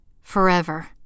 Forever